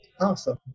Awesome